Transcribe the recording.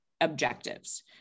objectives